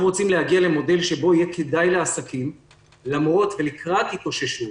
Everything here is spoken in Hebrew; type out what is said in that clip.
אנחנו רוצים להגיע למודל שבו יהיה כדאי לעסקים לקראת התאוששות,